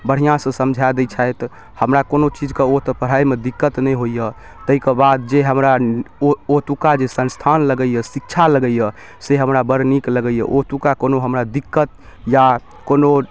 बढ़िआँसँ समझा दै छथि हमरा कोनो चीजके ओतऽ पढ़ाइमे दिक्कत नहि होइए ताहिके बाद जे हमरा ओ ओतुका जे संस्थान लगैए शिक्षा लगैए से हमरा बड़ नीक लगैए ओतुका हमरा कोनो दिक्कत या कोनो